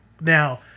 Now